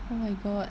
oh my god